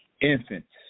Infants